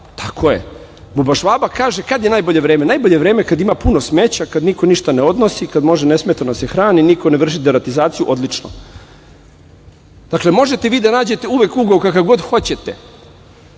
bubašvabe. Bubašvaba kaže, kad je najbolje vreme – najbolje vreme je kad ima puno smeća, kad niko ništa ne odnosi, kada može nesmetano da se hrani, niko ne vrši deratizaciju, odlično. Dakle, možete vi da nađete uvek ugao kakav god hoćete,